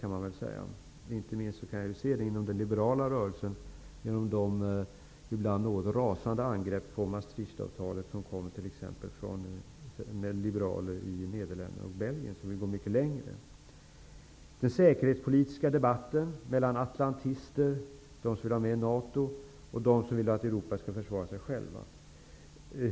Det kan jag inte minst se inom den liberala rörelsen genom de ibland något rasande angrepp på Maastrichtavtalet som t.ex. kom från liberaler i Nederländerna och Belgien som vill gå mycket längre. Det förs en säkerhetspolitisk debatt mellan atlantister, dvs. de som vill ha med NATO, och dem som vill att Europa skall klara sig själva.